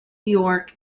york